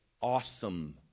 awesome